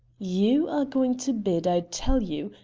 you are going to bed, i tell you.